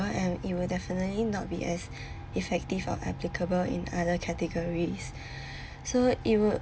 and it will definitely not be as effective or applicable in other categories so it would